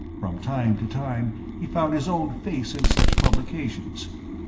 from time to time he found his own face in such publications.